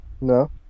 No